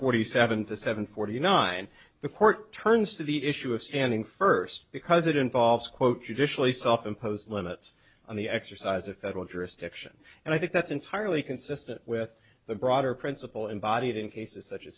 forty seven to seven forty nine the court turns to the issue of standing first because it involves quote judicially self imposed limits on the exercise of federal jurisdiction and i think that's entirely consistent with the broader principle embodied in cases such a